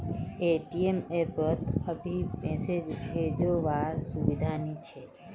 ATM app पोत अभी message भेजो वार सुविधा नी छे